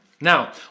Now